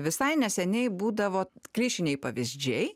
visai neseniai būdavo klišiniai pavyzdžiai